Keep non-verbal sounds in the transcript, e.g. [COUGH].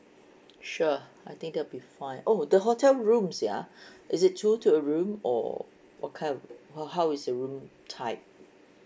sure I think that'll be fine oh the hotel rooms ya [BREATH] is it two to a room or what kind how is the room type